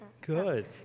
Good